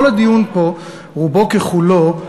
כל הדיון פה, רובו ככולו,